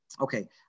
Okay